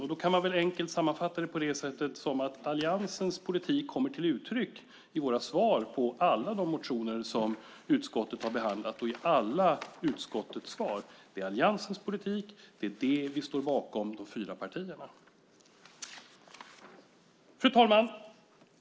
Jag kan då enkelt sammanfatta det på det sättet att alliansens politik kommer till uttryck i våra svar på alla de motioner som utskottet har behandlat, i alla utskottets svar. Det är alliansens politik, och det är den vi står bakom i de fyra partierna. Fru talman!